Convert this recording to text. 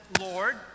Lord